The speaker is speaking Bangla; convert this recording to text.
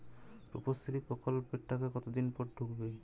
রুপশ্রী প্রকল্পের টাকা কতদিন পর ঢুকবে?